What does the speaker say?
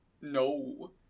no